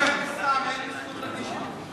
זה שאתה קורא לי לא נותן לי זכות להגיש ערעור.